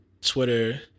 Twitter